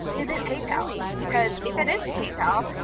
is it paypal? because if it is paypal,